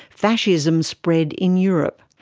fascism spread in europe.